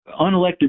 unelected